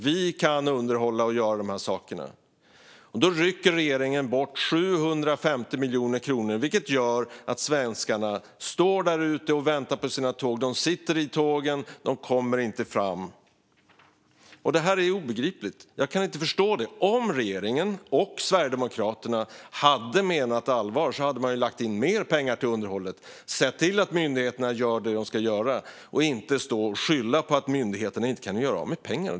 Vi kan underhålla och göra dessa saker. Då rycker regeringen bort 750 miljoner kronor, vilket gör att svenskarna står där ute och väntar på sina tåg. De sitter i tågen och kommer inte fram. Detta är obegripligt. Jag kan inte förstå det. Om regeringen och Sverigedemokraterna hade menat allvar hade man lagt mer pengar på underhållet och sett till att myndigheterna gör det de ska göra i stället för att skylla på att myndigheterna inte kan göra av med pengarna.